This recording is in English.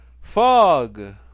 Fog